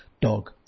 dog